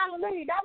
Hallelujah